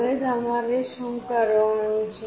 હવે તમારે શું કરવાનું છે